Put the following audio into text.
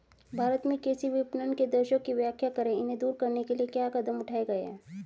भारत में कृषि विपणन के दोषों की व्याख्या करें इन्हें दूर करने के लिए क्या कदम उठाए गए हैं?